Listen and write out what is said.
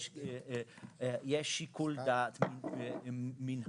יש שיקול דעת מינהלי.